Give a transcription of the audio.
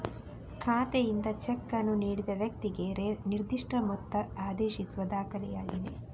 ಖಾತೆಯಿಂದ ಚೆಕ್ ಅನ್ನು ನೀಡಿದ ವ್ಯಕ್ತಿಗೆ ನಿರ್ದಿಷ್ಟ ಮೊತ್ತ ಆದೇಶಿಸುವ ದಾಖಲೆಯಾಗಿದೆ